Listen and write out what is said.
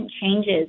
changes